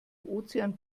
ozean